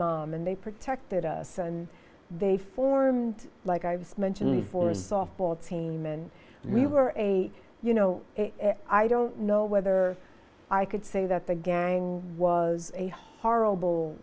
mom and they protected us and they formed like i've mentioned before a softball team and we were a you know i don't know whether i could say that the gang was a horrible